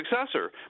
successor